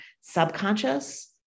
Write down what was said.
subconscious